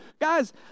guys